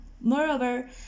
Moreover